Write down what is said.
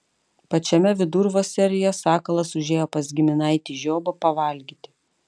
pačiame vidurvasaryje sakalas užėjo pas giminaitį žiobą pavalgyti